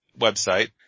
website